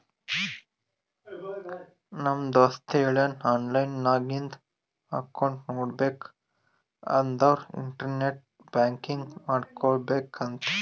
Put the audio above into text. ನಮ್ ದೋಸ್ತ ಹೇಳುನ್ ಆನ್ಲೈನ್ ನಾಗ್ ನಿಂದ್ ಅಕೌಂಟ್ ನೋಡ್ಬೇಕ ಅಂದುರ್ ಇಂಟರ್ನೆಟ್ ಬ್ಯಾಂಕಿಂಗ್ ಮಾಡ್ಕೋಬೇಕ ಅಂತ್